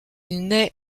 naît